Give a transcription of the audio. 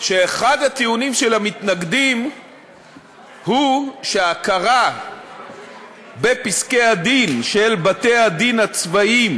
שאחד הטיעונים של המתנגדים הוא שההכרה בפסקי-הדין של בתי-הדין הצבאיים